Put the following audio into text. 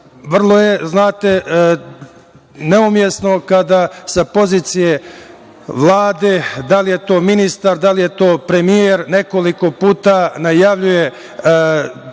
vrlo je neumesno kada sa pozicije Vlade, da li je to ministar, da li je to premijer, nekoliko puta najavljuje